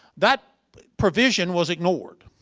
that provision was ignored.